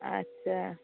আচ্ছা